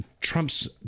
trump's